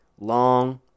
Long